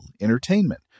entertainment